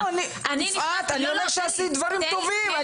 לא, יפעת, אני אומר שעשית דברים טובים.